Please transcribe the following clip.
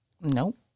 Nope